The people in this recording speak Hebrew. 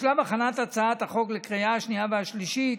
בשלב הכנת הצעת החוק לקריאה השנייה והשלישית